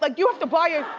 like you have to buy a,